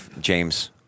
James